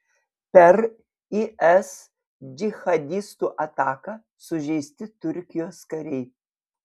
per is džihadistų ataką sužeisti turkijos kariai